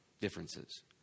differences